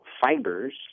fibers